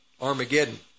Armageddon